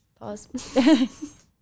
pause